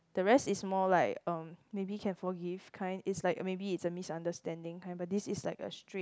the rest is more like um maybe can forgive kind is like maybe it's a misunderstanding kind but this is like a straight